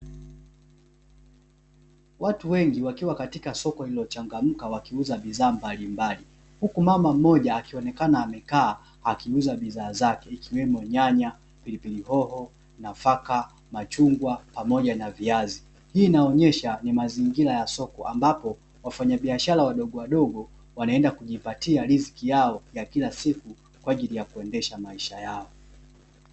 Watu wengi wakiwa katika soko lililochangamka wakiuza bidhaa mbalimbali. Huku mama mmoja akionekana amekaa akiuza bidhaa zake ikiwemo nyanya, pilipili hoho, nafaka, machungwa pamoja na viazi. Hii inaonyesha ni mazingira ya soko, ambapo wafanyabiashara wadogowadogo, wanaenda kujipatia riziki yao ya kila siku, kwa ajili ya kuendesha maisha yao.